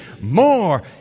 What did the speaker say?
more